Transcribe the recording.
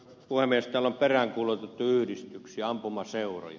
täällä on peräänkuulutettu yhdistyksiä ja ampumaseuroja